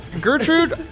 Gertrude